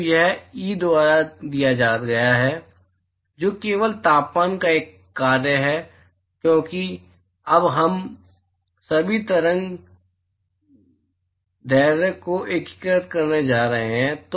तो यह ई द्वारा दिया गया है जो केवल तापमान का एक कार्य है क्योंकि अब हम सभी तरंग दैर्ध्य को एकीकृत करने जा रहे हैं